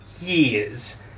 years